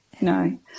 no